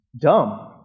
dumb